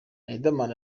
riderman